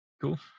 Cool